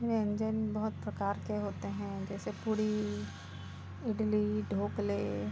व्यंजन बहुत प्रकार के होते हैं जैसे पूड़ी इडली ढोकले